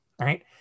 right